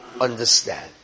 understand